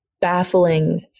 baffling